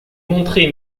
montrer